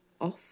off